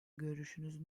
görüşünüz